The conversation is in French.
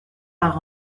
par